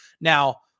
Now